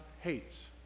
hates